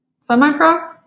Semi-pro